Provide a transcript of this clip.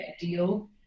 deal